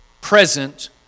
present